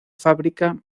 fábrica